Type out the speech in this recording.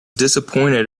disappointed